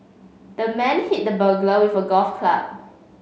the man hit the burglar with a golf club